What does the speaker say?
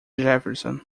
jefferson